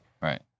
Right